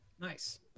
Nice